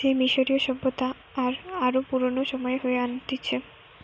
সে মিশরীয় সভ্যতা আর আরো পুরানো সময়ে হয়ে আনতিছে